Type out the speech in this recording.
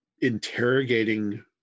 interrogating